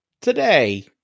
today